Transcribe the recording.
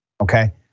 okay